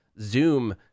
zoom